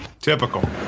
Typical